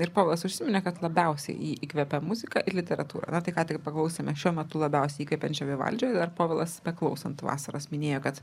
ir povilas užsiminė kad labiausiai jį įkvepia muzika ir literatūra na tai ką tik paklausėme šiuo metu labiausiai įkvepiančio vivaldžio ir dar povilas beklausant vasaros minėjo kad